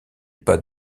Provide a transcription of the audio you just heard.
pas